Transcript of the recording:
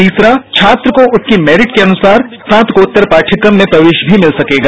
तीसरा छात्र को उसकी मैरिट के अनुसार स्नातकोत्तर पाठ्यक्रम में प्रवेश भी मिल सकेगा